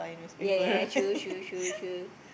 ya ya true true true true